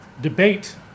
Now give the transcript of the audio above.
debate